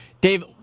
Dave